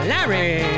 Larry